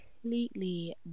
completely